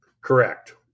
Correct